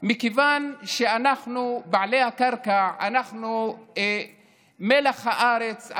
מכיוון שאנחנו, בעלי הקרקע, אנחנו מלח הארץ.